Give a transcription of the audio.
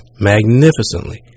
magnificently